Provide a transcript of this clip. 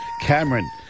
Cameron